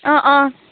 অঁ অঁ